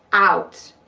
out,